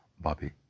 Bobby